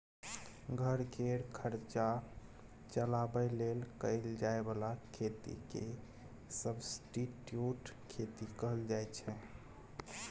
घर केर खर्चा चलाबे लेल कएल जाए बला खेती केँ सब्सटीट्युट खेती कहल जाइ छै